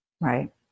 right